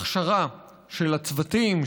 אין מספיק הכשרה של הצוותים,